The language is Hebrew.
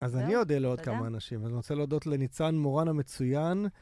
אז אני אודה לעוד כמה אנשים. אני רוצה להודות לניצן מורן המצוין.